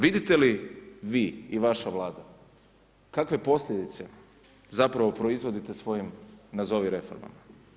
Vidite li vi i vaša Vlada kakve posljedice zapravo proizvodite svojim nazovi reformama?